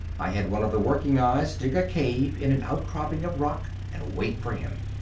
i had one of the working eyes dig a cave in an outcropping of rock and wait for him.